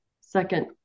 second